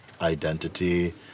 identity